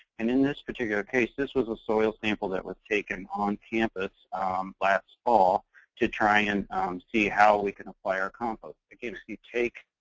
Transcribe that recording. and in this particular case, this was a soil sample that was taken on campus last fall to try and see how we can apply our compost. again, if you take